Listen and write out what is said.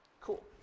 Cool